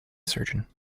surgeon